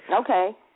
Okay